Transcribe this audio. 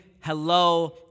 hello